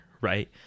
Right